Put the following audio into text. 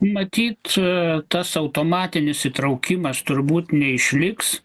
matyt tas automatinis įtraukimas turbūt neišliks